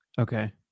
Okay